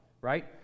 right